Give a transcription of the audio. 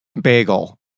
bagel